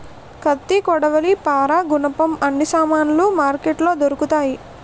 కత్తి కొడవలి పారా గునపం అన్ని సామానులు మార్కెట్లో దొరుకుతాయి